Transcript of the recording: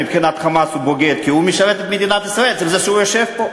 מבחינת "חמאס" הוא בוגד כי הוא משרת את מדינת ישראל בזה שהוא יושב פה.